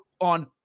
on